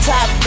Top